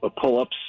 pull-ups